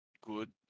good